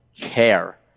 care